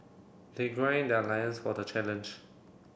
they grind their lions for the challenge